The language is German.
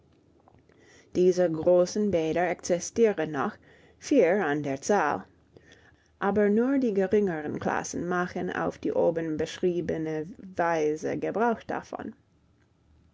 diese großen bäder existieren noch vier an der zahl aber nur die geringeren klassen machen auf die oben beschriebene weise gebrauch davon